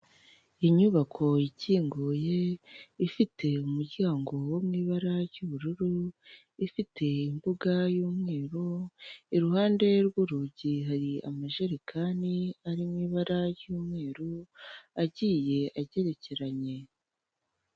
Unyubako ikinguye, ifite umuryango wo mu ibara ry'ubururu, ifite imbuga y'umweru, iruhande rw'urugi hari amajerekani ari mu ibara ry'umweru agiye agerekeranye.